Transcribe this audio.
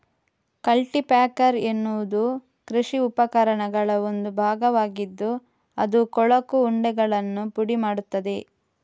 culti packer ಎನ್ನುವುದು ಕೃಷಿ ಉಪಕರಣಗಳ ಒಂದು ಭಾಗವಾಗಿದ್ದು ಅದು ಕೊಳಕು ಉಂಡೆಗಳನ್ನು ಪುಡಿ ಮಾಡುತ್ತದೆ